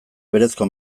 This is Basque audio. berezko